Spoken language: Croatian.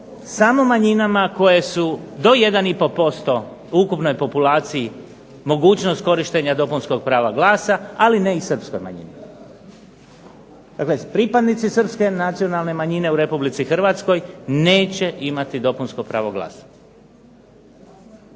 samo manjinama koje su do jedan i pol posto u ukupnoj populaciji mogućnost korištenja dopunskog prava glasa, ali ne i srpskoj manjini. Dakle, pripadnici srpske nacionalne manjine u Republici Hrvatskoj neće imati dopunsko pravo glasa.